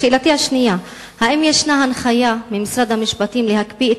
שאלתי השנייה: האם ישנה הנחיה ממשרד המשפטים להקפיא את